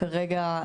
כרגע,